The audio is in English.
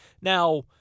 Now